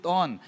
on